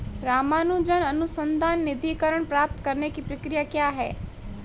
रामानुजन अनुसंधान निधीकरण प्राप्त करने की प्रक्रिया क्या है?